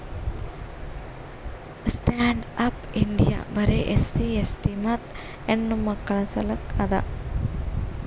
stand up India ಬರೆ SC ST ಮತ್ತ ಹೆಣ್ಣಮಕ್ಕುಳ ಸಲಕ್ ಅದ